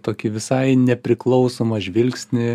tokį visai nepriklausomą žvilgsnį